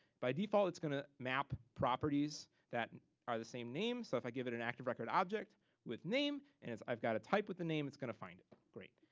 by default, it's going to map properties that are the same name, so if i give it an active record object with name, and i've gotta type with the name, it's gonna find it, great.